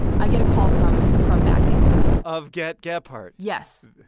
i get a call from from matt gephardt of get gephardt? yes.